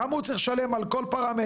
כמה הוא צריך לשלם על כל פרמטר,